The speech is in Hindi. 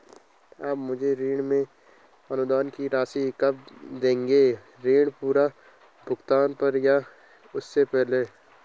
आप मुझे ऋण में अनुदान की राशि कब दोगे ऋण पूर्ण भुगतान पर या उससे पहले?